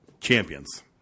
Champions